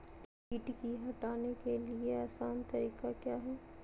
किट की हटाने के ली आसान तरीका क्या है?